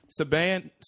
Saban